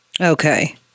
Okay